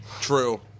True